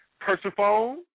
Persephone